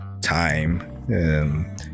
time